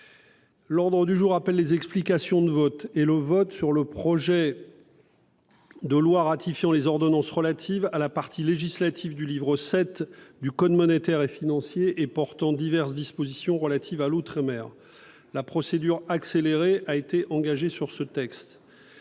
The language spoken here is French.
L'ordre du jour appelle les explications de vote et le vote sur le projet de loi ratifiant les ordonnances relatives à la partie législative du livre VII du code monétaire et financier et portant diverses dispositions relatives à l'outre-mer (projet n° 540, texte